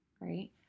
right